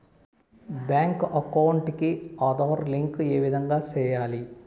Bank account కి Aadhaar link ఏ విధంగా సెయ్యాలి?